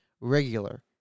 regular